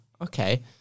Okay